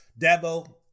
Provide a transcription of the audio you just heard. Dabo